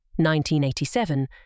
1987